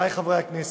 הכנסת,